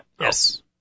Yes